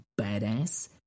badass